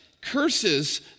curses